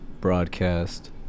broadcast